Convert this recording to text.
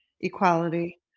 equality